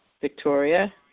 Victoria